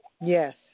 yes